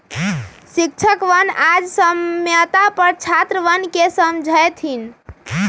शिक्षकवन आज साम्यता पर छात्रवन के समझय थिन